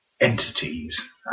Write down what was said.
entities